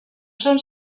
són